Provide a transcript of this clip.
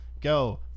Go